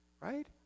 right